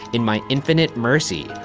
in my infinite mercy,